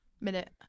minute